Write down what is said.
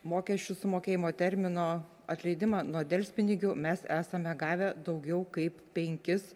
mokesčių sumokėjimo termino atleidimą nuo delspinigių mes esame gavę daugiau kaip penkis